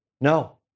No